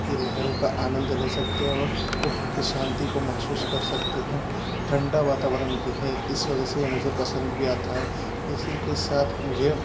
के लहरों का आनंद ले सकते हैं और वहाँ की शांति को महसूस कर सकते हैं ठंडा वातावरण भी है इस वजह से मुझे पसंद भी आता है इसी के साथ मुझे